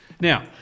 Now